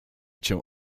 cię